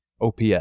OPS